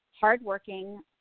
hardworking